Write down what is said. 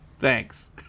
Thanks